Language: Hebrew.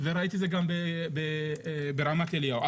וראיתי את זה גם ברמת אליהו.